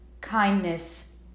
kindness